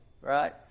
right